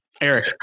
Eric